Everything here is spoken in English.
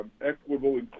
equitable